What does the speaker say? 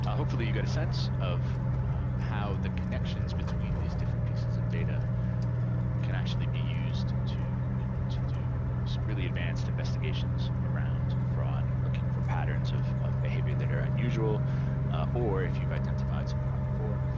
hopefully you got a sense of how the connections between these pieces of data can actually be used to you know to do some really advanced investigations around fraud, looking for patterns of of behavior that are unusual or if you identified some fraud before,